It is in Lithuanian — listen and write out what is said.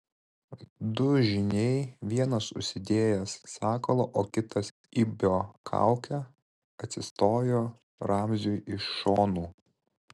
du žyniai vienas užsidėjęs sakalo o kitas ibio kaukę atsistojo ramziui iš šonų